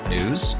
News